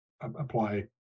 apply